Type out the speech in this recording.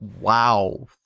wow